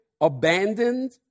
abandoned